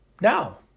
Now